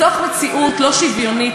בתוך מציאות לא שוויונית,